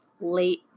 late